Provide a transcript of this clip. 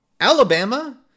Alabama